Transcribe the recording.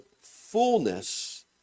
fullness